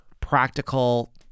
practical